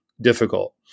difficult